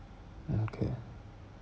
okay